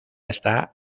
está